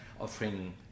offering